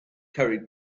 carried